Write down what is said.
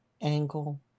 angle